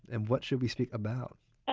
and what should we speak about?